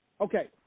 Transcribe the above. Okay